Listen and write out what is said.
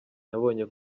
nabonye